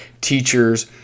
teachers